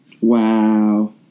Wow